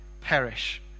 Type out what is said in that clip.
perish